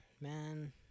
man